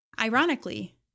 Ironically